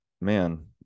man